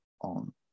on